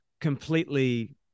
completely